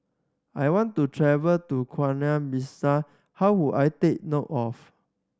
I want to travel to Guinea Bissau how would I take note of